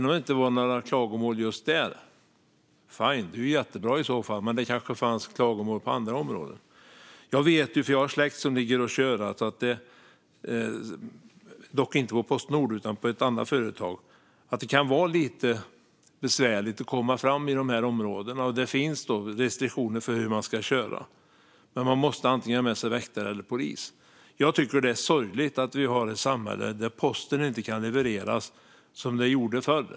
Om det inte var några klagomål just i det området är det väl fine. Det är i så fall jättebra. Men det kanske fanns klagomål i andra områden. Jag vet eftersom jag har släkt som kör - dock inte för Postnord utan för ett annat företag - att det kan vara besvärligt att komma fram i dessa områden. Det finns då restriktioner för hur de ska köra, och de måste ha med sig antingen väktare eller polis. Det är sorgligt att samhället är sådant att posten inte kan levereras på så sätt som gjordes förr.